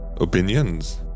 Opinions